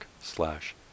slash